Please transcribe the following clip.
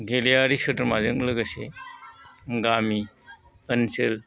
गेलेयारि सोद्रोमाजों लोगोसे गामि ओनसोल